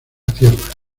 tierra